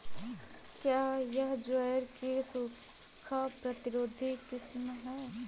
क्या यह ज्वार की सूखा प्रतिरोधी किस्म है?